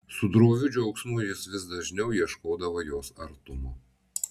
su droviu džiaugsmu jis vis dažniau ieškodavo jos artumo